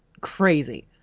crazy